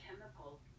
chemical